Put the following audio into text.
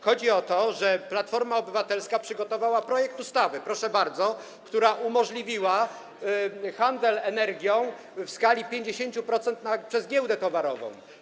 Chodzi o to, że Platforma Obywatelska przygotowała projekt ustawy, proszę bardzo, która umożliwiła handel energią w skali 50% przez giełdę towarową.